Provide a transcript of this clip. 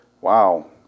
Wow